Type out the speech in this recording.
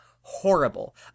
horrible